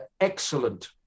excellent